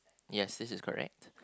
yes this is correct